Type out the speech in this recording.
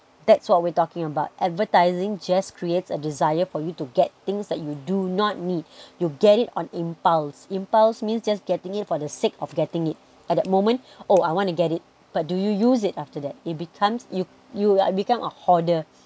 that's what we're talking about advertising just creates a desire for you to get things that you do not need you'll get it on impulse impulse means just getting it for the sake of getting it at that moment oh I want to get it but do you use it after that it becomes you you become a hoarder